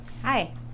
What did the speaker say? hi